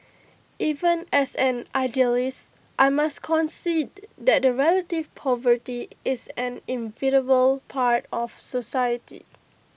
even as an idealist I must concede that relative poverty is an inevitable part of society